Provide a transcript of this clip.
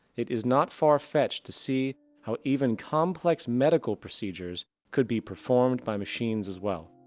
it is not far fetch to see how even complex medical procedures could be performed by machines as well.